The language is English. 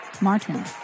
Martin